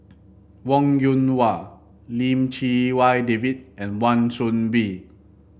Wong Yoon Wah Lim Chee Wai David and Wan Soon Bee